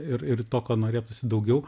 ir ir tokio norėtųsi daugiau